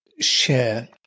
share